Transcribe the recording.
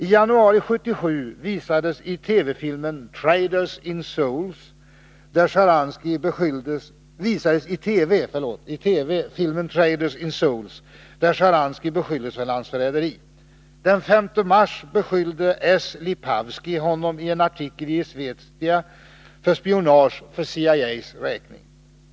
I januari 1977 visades i TV filmen Traders in Souls, där Shcharansky beskylldes för landsförräderi. Den 5 mars beskyllde S. Lipavsky honom i en artikel i Izvestia för spionage för CIA:s räkning.